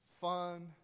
fun